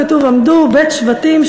כתוב: "עמדו ב' שבטים",